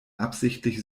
absichtlich